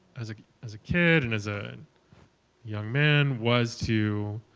as ah as a kid, and as a and young man, was to